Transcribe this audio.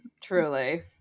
truly